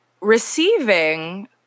receiving